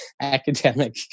academic